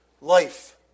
life